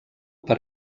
per